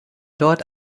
dort